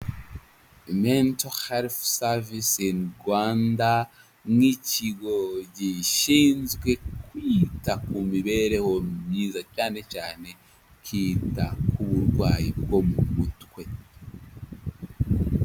mental health service in Rwanda nk'ikigo gishinzwe kwita ku mibereho myiza cyane cyane kita ku burwayi bwo mu mutwe.